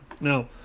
Now